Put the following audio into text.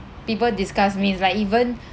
people disgusts me is like even